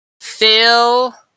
Phil